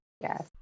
yes